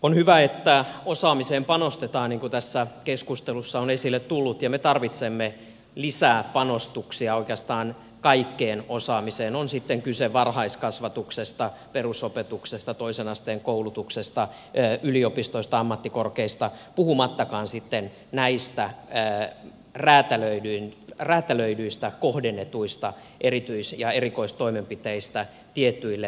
on hyvä että osaamiseen panostetaan niin kuin tässä keskustelussa on esille tullut ja me tarvitsemme lisää panostuksia oikeastaan kaikkeen osaamiseen on sitten kyse varhaiskasvatuksesta perusopetuksesta toisen asteen koulutuksesta yliopistoista tai ammattikorkeista puhumattakaan sitten näistä räätälöidyistä kohdennetuista erityis ja erikoistoimenpiteistä tietyille ryhmille